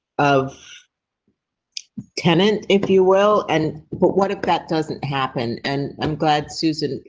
of tenants, if you will and but what if that doesn't happen and i'm glad susan.